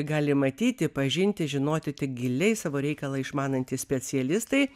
gali matyti pažinti žinoti tik giliai savo reikalą išmanantys specialistai